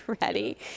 ready